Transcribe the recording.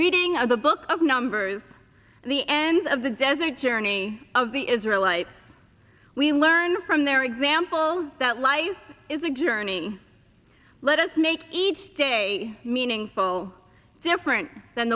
reading of the book of numbers and the end of the desert journey of the israelites we learn from their example that life is a journey let us make each day meaningful different than